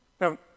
Now